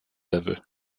level